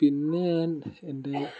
പിന്നെ ഞാൻ എൻ്റെ